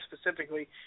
specifically